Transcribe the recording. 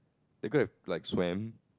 they could have like swam